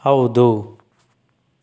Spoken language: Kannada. ಹೌದು